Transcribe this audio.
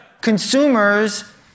consumers